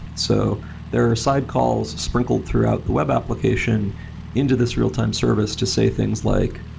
so there are side calls sprinkled throughout the web application into this real-time service to say things like,